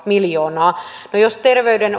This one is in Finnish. miljoonaa no jos